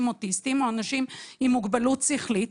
אוטיסטים או אנשים עם מוגבלות שכלית,